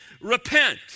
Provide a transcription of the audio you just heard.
repent